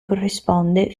corrisponde